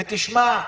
תשמע,